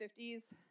50s